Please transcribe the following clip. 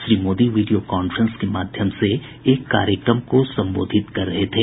Shri Modi video conference के माध्यम से एक कार्यक्रम को संबोधित कर रहे थे